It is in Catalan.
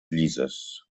llises